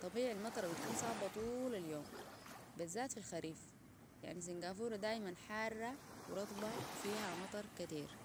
طبيعي المطر بتكون صابه طول اليوم بالذات في الخريف يعني سنغافورة دايما حارة ورطبة وفيها مطر كتير